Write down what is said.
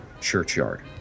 churchyard